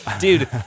dude